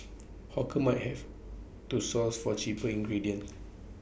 hawkers might have to source for cheaper ingredients